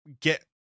get